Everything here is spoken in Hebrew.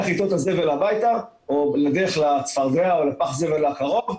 אתו את הזבל הביתה או לצפרדע או לפח זבל הקרוב,